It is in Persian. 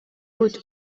بود